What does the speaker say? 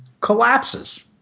collapses